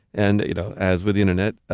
and you know, as with the internet,